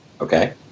Okay